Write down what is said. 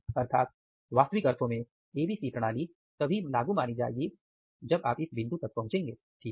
अर्थात वास्तविक अर्थों में ABC प्रणाली तभी लागू मानी जाएगी जब आप इस बिंदु तक पहुंचेंगे ठिक हैं